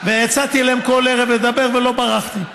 והצעתי להם כל ערב לדבר ולא ברחתי,